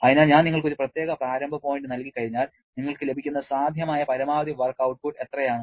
അതിനാൽ ഞാൻ നിങ്ങൾക്ക് ഒരു പ്രത്യേക പ്രാരംഭ പോയിന്റ് നൽകി കഴിഞ്ഞാൽ നിങ്ങൾക്ക് ലഭിക്കുന്ന സാധ്യമായ പരമാവധി വർക്ക് ഔട്ട്പുട്ട് എത്രയാണ്